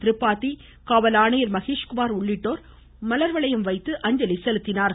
திரிபாதி காவல் ஆணையர் மகேஷ்குமார் உள்ளிட்டோர் மலர்வளையம் வைத்து அஞ்சலி செலுத்தினர்